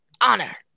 Honor